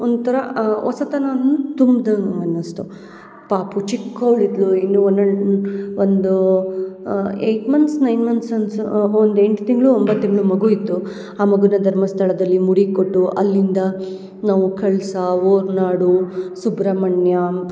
ಒಂಥರ ಹೊಸತನನ ತುಂಬ್ದಂಗೆ ಅನಿಸ್ತು ಪಾಪು ಚಿಕ್ಕ ಅವ್ಳು ಇದ್ಲು ಇನ್ನು ವನ್ ಆ್ಯಂಡ್ ಒಂದು ಏಟ್ ಮಂತ್ಸ್ ನೈನ್ ಮಂತ್ಸ್ ಅನ್ಸ್ ಒಂದು ಎಂಟು ತಿಂಗಳು ಒಂಬತ್ತು ತಿಂಗಳು ಮಗು ಇತ್ತು ಆ ಮಗುನ ಧರ್ಮಸ್ಥಳದಲ್ಲಿ ಮುಡಿ ಕೊಟ್ಟು ಅಲ್ಲಿಂದ ನಾವು ಕಳಸ ಹೊರ್ನಾಡು ಸುಬ್ರಹ್ಮಣ್ಯ